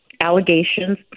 allegations